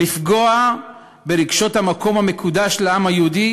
לפגוע ברגשות במקום המקודש לעם היהודי,